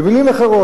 במלים אחרות,